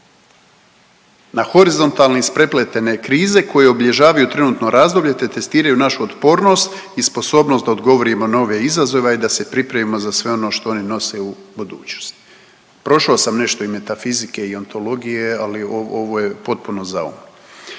Na horizontalne isprepletene krize koje obilježavaju trenutno razdoblje te testiraju našu otpornost i sposobnost da odgovorimo na ove izazove, a i da se pripremimo za sve ono što oni nose u budućnosti. Prošao sam nešto i metafizike i antologije ali ovo, ovo je potpuno